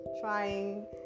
trying